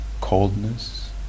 coldness